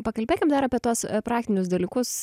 pakalbėkim dar apie tuos praktinius dalykus